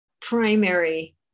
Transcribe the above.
primary